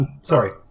Sorry